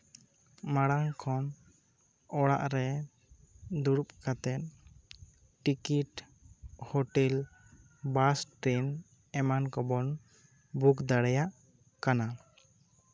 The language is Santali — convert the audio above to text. ᱢᱟᱬᱟᱝ ᱠᱷᱚᱱ ᱚᱲᱟᱜ ᱨᱮ ᱫᱩᱲᱩᱵ ᱠᱟᱛᱮᱫ ᱴᱤᱠᱤᱴ ᱦᱳᱴᱮᱞ ᱵᱟᱥ ᱛᱮ ᱮᱢᱟᱱ ᱠᱚᱵᱚᱱ ᱵᱩᱠ ᱫᱟᱲᱮᱭᱟᱜ ᱠᱟᱱᱟ